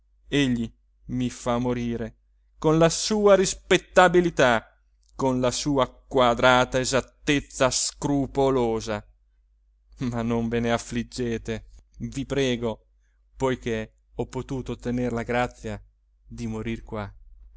fa morire con la sua rispettabilità con la sua quadrata esattezza scrupolosa ma non ve ne affliggete vi prego poiché ho potuto ottener la grazia di morir qua